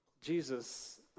Jesus